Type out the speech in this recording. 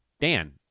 Dan